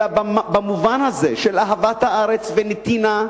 אלא במובן הזה של אהבת הארץ ונתינה,